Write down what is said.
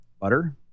Butter